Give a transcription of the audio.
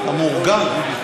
אתה מאורגן?